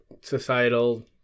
societal